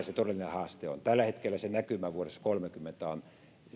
se todellinen haaste on tällä hetkellä se näkymä vuodesta kolmekymmentä on